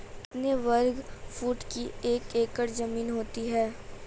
कितने वर्ग फुट की एक एकड़ ज़मीन होती है?